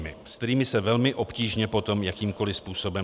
S kterými se velmi obtížně potom jakýmkoli způsobem...